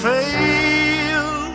fail